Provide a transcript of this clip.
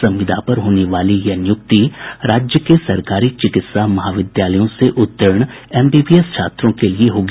संविदा पर होने वाली यह नियुक्ति राज्य के सरकारी चिकित्सा महाविद्यालयों से उत्तीर्ण एमबीबीएस छात्रों के लिए होगी